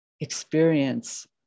experience